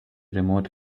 remote